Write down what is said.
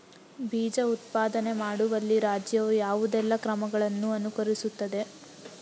ಬೀಜ ಉತ್ಪಾದನೆ ಮಾಡುವಲ್ಲಿ ರಾಜ್ಯವು ಯಾವುದೆಲ್ಲ ಕ್ರಮಗಳನ್ನು ಅನುಕರಿಸುತ್ತದೆ?